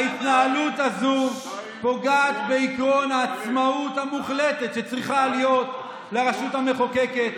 ההתנהלות הזו פוגעת בעקרון העצמאות המוחלטת שצריכה להיות לרשות המחוקקת.